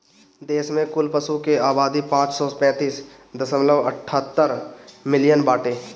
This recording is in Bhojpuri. देश में कुल पशु के आबादी पाँच सौ पैंतीस दशमलव अठहत्तर मिलियन बाटे